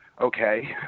okay